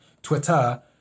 Twitter